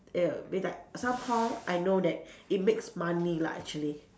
err be like somehow I know that it makes money lah actually